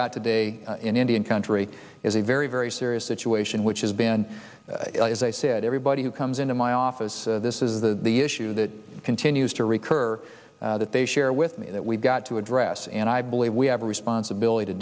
got today in indian country is a very very serious situation which has been as i said everybody who comes into my office this is the the issue that continues to recur that they share with me that we've got to address and i believe we have a responsibility to